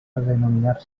denominar